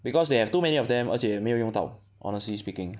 because they have too many of them 而且没有用到 honestly speaking